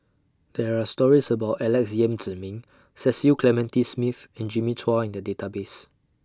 There Are stories about Alex Yam Ziming Cecil Clementi Smith and Jimmy Chua in The Database